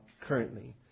currently